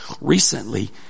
Recently